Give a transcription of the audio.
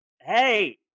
Hey